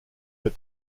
but